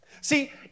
See